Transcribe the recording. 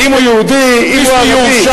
אם הוא יהודי, אם הוא ערבי.